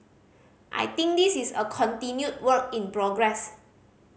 I think this is a continued work in progress